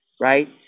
right